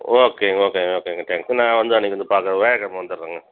okay ஓகேங்க ஓகேங்க thanks நான் வந்து அன்றைக்கு வந்து பார்க்கறேன் வியாழக்கிழம வந்தடுறேங்க